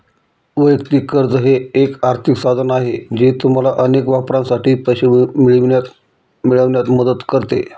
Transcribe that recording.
वैयक्तिक कर्ज हे एक आर्थिक साधन आहे जे तुम्हाला अनेक वापरांसाठी पैसे मिळवण्यात मदत करते